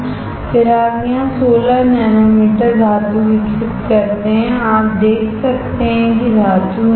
फिर आप यहां 16 नैनोमीटर धातु विकसित करते हैं आप देख सकते हैं कि धातु यहां है